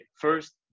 first